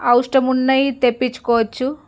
అవసరం ఉన్నవి తెప్పించుకోవచ్చు